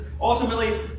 Ultimately